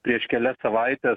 prieš kelias savaites